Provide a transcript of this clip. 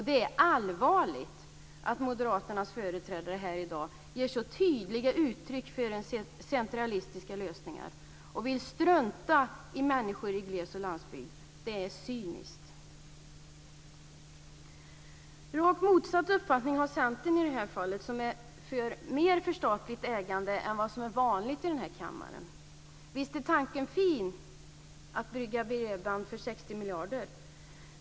Det är allvarligt att Moderaternas företrädare här i dag ger så tydliga uttryck för centralistiska lösningar och vill strunta i människor i gles och landsbygd. Det är cyniskt. Rakt motsatt uppfattning har Centern i det här fallet. De är för mer av statligt ägande än vad som är vanligt i den här kammaren. Visst är tanken fin; att bygga bredband för 60 miljarder kronor.